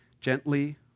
gently